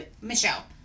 Michelle